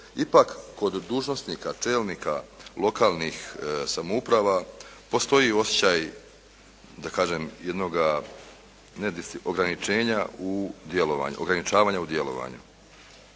ipak kod dužnosnika čelnika lokalnih samouprava postoji osjećaj da kažem jednoga ograničavanja u djelovanju.